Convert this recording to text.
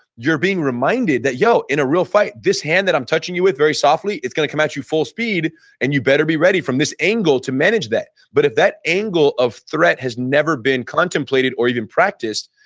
you're being reminded that yo, in a real fight, this hand that i'm touching you with very softly, it's gonna come at you full speed and you better be ready from this angle to manage that but if that angle of threat has never been contemplated or even practiced,